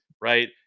Right